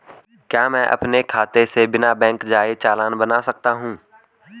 क्या मैं अपने खाते से बिना बैंक जाए चालान बना सकता हूँ?